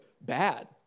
bad